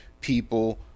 People